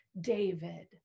David